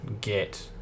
get